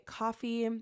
coffee